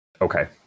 Okay